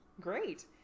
great